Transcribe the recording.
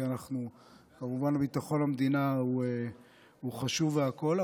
כי ביטחון המדינה הוא חשוב והכול,